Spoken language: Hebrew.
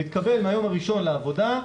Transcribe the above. מתקבל מהיום הראשון לעבודה,